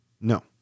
No